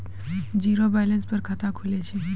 Zero balance पर खाता खुले छै?